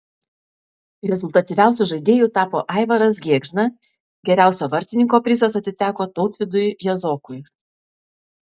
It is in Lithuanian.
rezultatyviausiu žaidėju tapo aivaras gėgžna geriausio vartininko prizas atiteko tautvydui jazokui